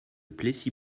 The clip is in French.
plessis